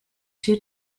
two